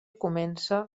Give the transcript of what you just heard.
comença